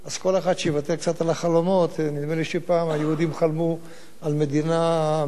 נדמה לי שפעם היהודים חלמו על מדינה מהים התיכון ועד הפרת.